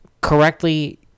correctly